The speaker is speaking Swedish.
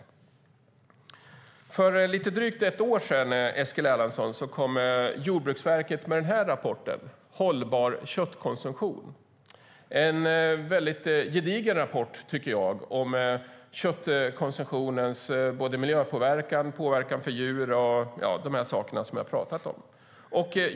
För drygt ett år sedan, Eskil Erlandsson, kom Jordbruksverket med rapporten Hållbar köttkonsumtion . Det var en gedigen rapport om köttkonsumtionens miljöpåverkan, påverkan på djur och så vidare.